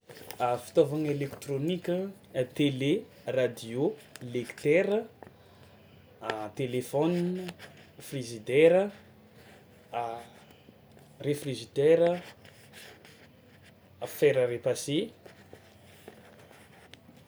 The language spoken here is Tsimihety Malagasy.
A fitaovagna elektrônika: tele, radio, lektera, a telefaonina, frizidera, refrizidera, fer à repasser.